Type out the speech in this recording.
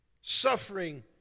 Suffering